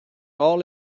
all